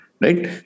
Right